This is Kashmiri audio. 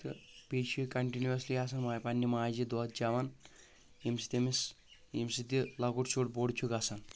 تہٕ بیٚیہِ چھُ یہِ کنٹِنیوٗسلی آسان پننہِ ماجہِ دۄد چٮ۪وان ییٚمہِ سۭتۍ ییٚمِس ییٚمہِ سۭتۍ یہِ لۄکُٹ شُر بوٚڑ چھُ گژھان